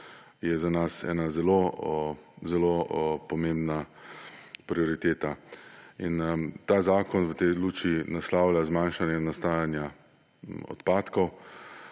je za nas ena zelo pomembna prioriteta. Ta zakon v tej luči naslavlja zmanjšanje nastajanja odpadkov